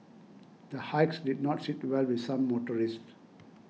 the hikes did not sit well with some motorists